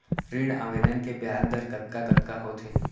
ऋण आवेदन के ब्याज दर कतका कतका होथे?